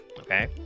okay